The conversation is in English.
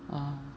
ah